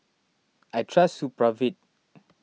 I trust Supravit